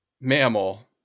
mammal